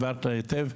הבהרת היטב.